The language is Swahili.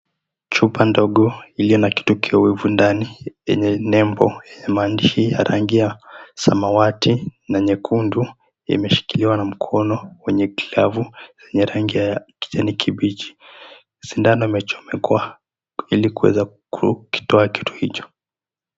Chupa ndogo iliyo na kitu kiwevu ndani yenye nembo na maandishi ya rangi ya samawati na nyekundu imeshikiliwa na mkono wenye glavu ya rangi ya kijani kibichi, sindano imechomekwa ilikuweza kukitoa kitu hicho.